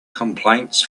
complaints